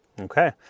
Okay